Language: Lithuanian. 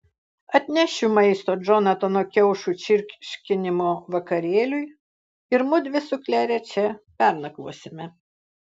atnešiu maisto džonatano kiaušų čirškinimo vakarėliui ir mudvi su klere čia pernakvosime